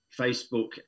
Facebook